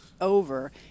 over